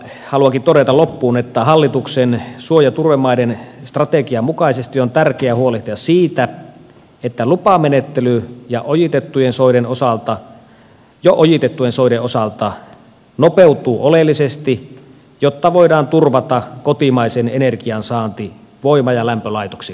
haluankin todeta loppuun että hallituksen suo ja turvemaiden strategian mukaisesti on tärkeää huolehtia siitä että lupamenettely jo ojitettujen soiden osalta nopeutuu oleellisesti jotta voidaan turvata kotimaisen energian saanti voima ja lämpölaitoksillemme